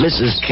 Mrs